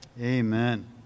Amen